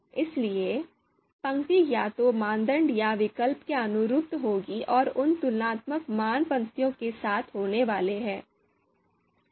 इसलिए पंक्ति या तो मानदंड या विकल्प के अनुरूप होगी और उन तुलनात्मक मान पंक्ति के साथ होने वाले हैं